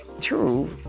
true